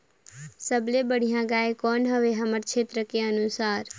सबले बढ़िया गाय कौन हवे हमर क्षेत्र के अनुसार?